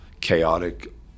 chaotic